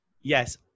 yes